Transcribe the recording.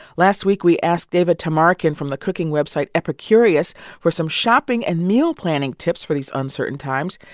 last week, we asked david tamarkin from the cooking website epicurious for some shopping and meal planning tips for these uncertain times.